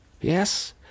Yes